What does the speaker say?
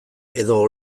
edo